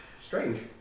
strange